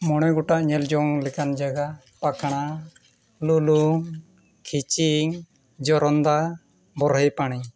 ᱢᱚᱬᱮ ᱜᱚᱴᱟᱝ ᱧᱮᱞ ᱡᱚᱝ ᱞᱮᱠᱟᱱ ᱡᱟᱭᱜᱟ ᱠᱟᱸᱠᱲᱟ ᱞᱩᱞᱩᱝ ᱠᱷᱮᱪᱤᱝ ᱡᱚᱨᱚᱱᱫᱟ ᱵᱚᱨᱦᱳᱭ ᱯᱟᱲᱤ